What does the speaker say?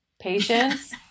Patience